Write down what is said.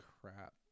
Crap